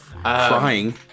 crying